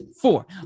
four